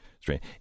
strange